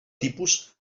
tipus